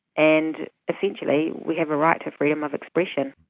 and essentially we have a right to freedom of expression.